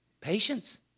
Patience